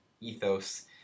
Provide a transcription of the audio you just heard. ethos